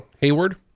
Hayward